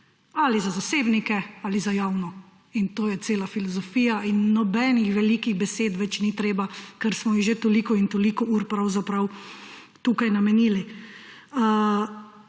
ali za zasebnike ali za javno. To je cela filozofija in nobenih velikih besed ni več treba, ker smo jih že toliko in toliko ur pravzaprav tukaj namenili.